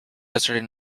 yesterday